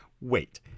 Wait